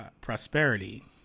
prosperity